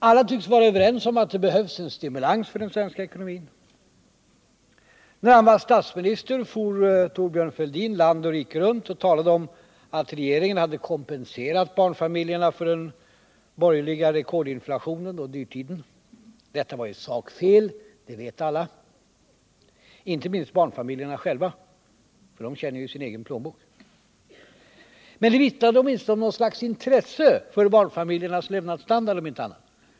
Alla tycks vara överens om att det behövs en stimulans av den svenska ekonomin. När Thorbjörn Fälldin var statsminister for han land och rike runt och talade om att regeringen hade kompenserat barnfamiljerna för den borgerliga rekordinflationen och dyrtiden. Detta var i sak fel, det vet alla, inte minst barnfamiljerna själva, för de känner ju sin egen plånbok. Men det vittnade åtminstone om något slags intresse för barnfamiljernas levnadsstandard, om inte annat.